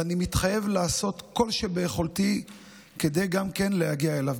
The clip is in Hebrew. ואני מתחייב לעשות כל שביכולתי כדי גם להגיע אליו,